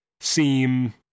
seem